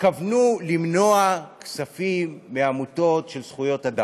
התכוונו למנוע כספים מעמותות של זכויות אדם.